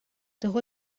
tieħu